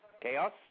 Chaos